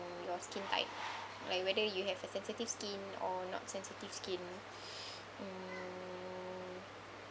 your skin type like whether you have a sensitive skin or not sensitive skin mm